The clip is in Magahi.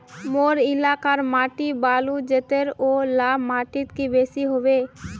मोर एलाकार माटी बालू जतेर ओ ला माटित की बेसी हबे?